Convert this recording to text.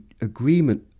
agreement